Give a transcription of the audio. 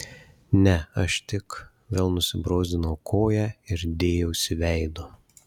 ne aš tik vėl nusibrozdinau koją ir dėjausi veidu